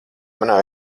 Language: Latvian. manā